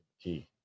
key